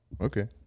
Okay